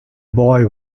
boy